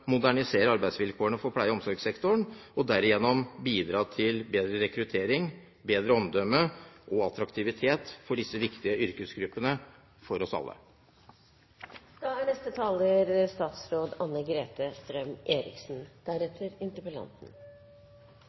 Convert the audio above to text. modernisere arbeidsvilkårene for pleie- og omsorgssektoren, og derigjennom bidra til bedre rekruttering, bedre omdømme og attraktivitet for disse for oss alle viktige yrkesgruppene. Det er et viktig tema interpellanten